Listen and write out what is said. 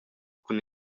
cun